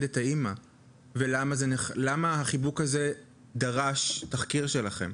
את האם ולמה החיבוק הזה דרש תחקיר שלכם,